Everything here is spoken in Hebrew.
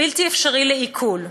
בלתי אפשרי לעיכול.